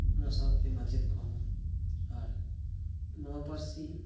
ᱚᱱᱟ ᱥᱟᱶᱛᱮ ᱢᱟᱪᱮᱫ ᱠᱚᱦᱚᱸ ᱟᱨ ᱱᱚᱣᱟ ᱯᱟᱹᱨᱥᱤ